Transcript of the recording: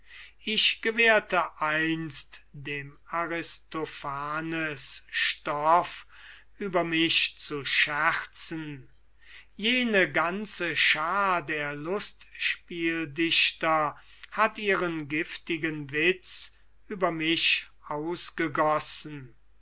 ich gewährte einst dem aristophanes stoff über mich zu scherzen jene ganze schaar der lustspieldichter hat ihren giftigen witz über mich ausgegossen